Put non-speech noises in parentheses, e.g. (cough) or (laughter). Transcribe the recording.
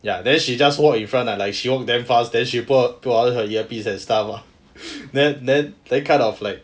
ya then she just walk in front like she walk damn fast then she pull on her earpiece and stuff lah (breath) then then then kind of like